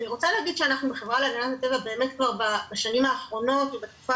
אני רוצה להגיד שאנחנו בחברה להגנת הטבע באמת בשנים האחרונות ובתקופה